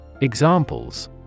Examples